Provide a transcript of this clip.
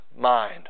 mind